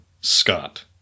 Scott